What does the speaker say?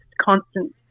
constant